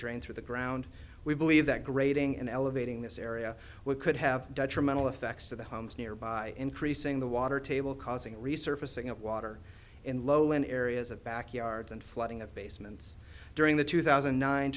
drain through the ground we believe that grating in elevating this area we could have dutch are mentally effects to the homes nearby increasing the water table causing resurfacing of water in low lying areas of backyards and flooding of basements during the two thousand